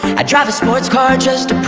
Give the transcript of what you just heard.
i drive a sports car just but